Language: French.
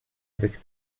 avec